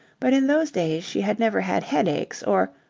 but in those days she had never had headaches or,